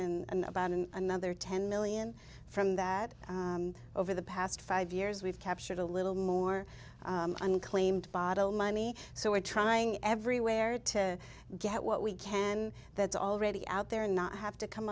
and about another ten million from that over the past five years we've captured a little more unclaimed bottle money so we're trying everywhere to get what we can that's already out there and not have to come